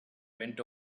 went